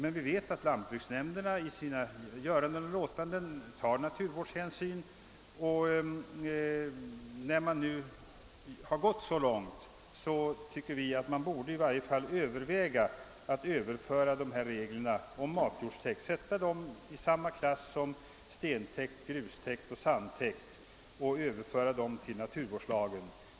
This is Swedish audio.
Vi vet dock att lantbruksnämnderna i sina göranden och låtanden tar naturvårdshänsyn, och med hänsyn till att man redan gått så långt tycker vi att man i varje fall borde överväga att jämställa reglerna om matjordstäkt med bestämmelserna om stentäkt, grustäkt och sandtäkt och överföra dem till naturvårdslagen.